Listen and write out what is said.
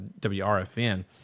wrfn